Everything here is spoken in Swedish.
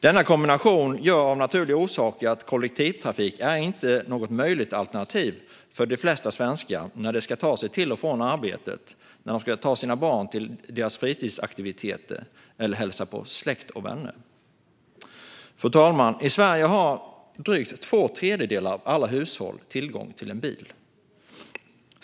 Denna kombination innebär, av naturliga orsaker, att kollektivtrafik inte är ett möjligt alternativ för de flesta svenskarna när de ska ta sig till och från arbetet, när de ska ta sina barn till deras fritidsaktiviteter eller när de ska hälsa på släkt och vänner. Fru talman! I Sverige har drygt två tredjedelar av alla hushåll tillgång till en bil.